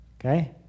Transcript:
Okay